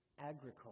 agriculture